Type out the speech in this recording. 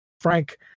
Frank